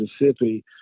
Mississippi